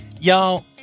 Y'all